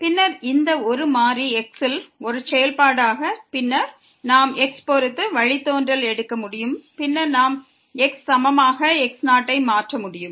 பின்னர் இந்த ஒரு மாறி x ல் ஒரு செயல்பாடு ஆக பின்னர் நாம் x பொறுத்து வழித்தோன்றல் எடுக்க முடியும் பின்னர் நாம் x சமமாக x0 ஐ மாற்ற முடியும்